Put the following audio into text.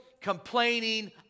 complaining